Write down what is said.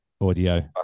audio